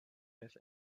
have